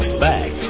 back